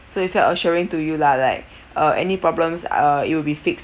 so you felt assuring to you lah like uh any problems uh it'll be fixed